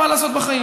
מה לעשות בחיים?